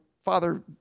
Father